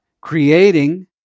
creating